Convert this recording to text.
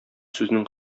сүзнең